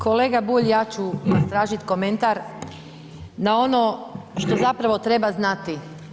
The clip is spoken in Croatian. Kolega Bulj ja ću vas tražiti komentar na ono što zapravo treba znati.